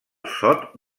sot